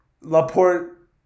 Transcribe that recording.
Laporte